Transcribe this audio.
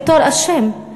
בתור אשם.